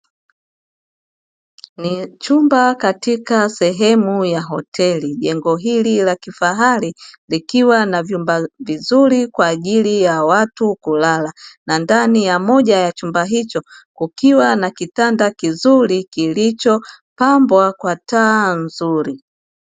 Ni chumba katika sehemu ya hoteli, jengo hili la kifahari likiwa na vyumba vizuri kwa ajili ya watu kulala na ndani ya moja ya chumba hicho kukiwa na kitanda kizuri kilichopambwa kwa taa nzuri.